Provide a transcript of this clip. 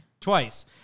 twice